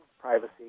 privacy